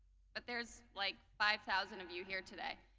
but there's like five thousand of you here today.